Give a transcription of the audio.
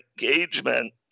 engagement